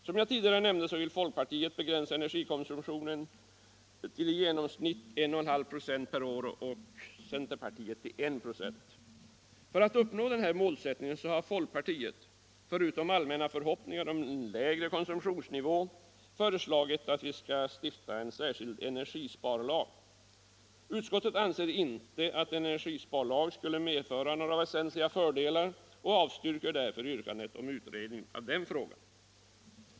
Som jag tidigare nämnde vill folkpartiet begränsa energikonsumtionens ökning till i genomsnitt 1,5 96 per år, och centerpartiet vill begränsa den till 1 96 per år. För att uppnå denna målsättning har folkpartiet, förutom att uttala allmänna förhoppningar om en lägre konsumtionsnivå, föreslagit stiftandet av en särskild energisparlag. Utskottet anser inte att en energisparlag skulle medföra några väsentliga fördelar och avstyrker därför yrkandet om utredning av denna fråga.